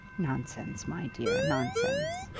nonsense, my dear nonsense.